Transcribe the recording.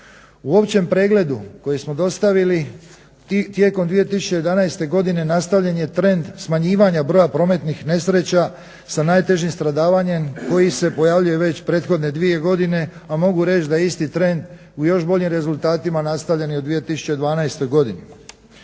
U općem pregledu koji smo dostavili tijekom 2011. godine nastavljen je trend smanjivanja broja prometnih nesreća sa najtežim stradavanjem koji se pojavljuje već prethodne dvije godine, a mogu reći da je isti trend u još boljim rezultatima nastavljen i u 2012. godini.